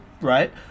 right